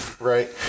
Right